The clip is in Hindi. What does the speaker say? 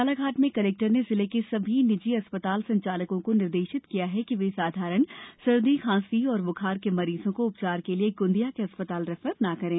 बालाघाट में कलेक्टर ने जिले के सभी निजी अस्पताल संचालकों को निर्देशित किया है कि वे साधारण सर्दी खांसी एवं ब्खार के मरीजों को उपचार के लिए गोंदिया के अस्पताल में रेफर न करें